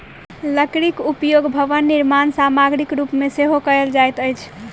लकड़ीक उपयोग भवन निर्माण सामग्रीक रूप मे सेहो कयल जाइत अछि